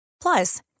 Plus